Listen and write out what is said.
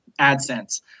AdSense